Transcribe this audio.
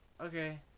Okay